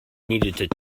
needed